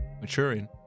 maturing